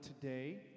today